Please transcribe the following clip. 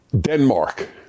Denmark